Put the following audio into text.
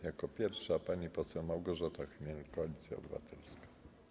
Jako pierwsza pani poseł Małgorzata Chmiel, Koalicja Obywatelska.